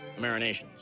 marinations